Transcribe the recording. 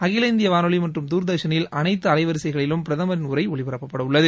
அகில இந்திய வானொலி மற்றும் துர்தர்ஷனில் அனைத்து அலைவரிகைளிலும் பிரதமரின் உளர ஒளிபரப்பப்படவுள்ளது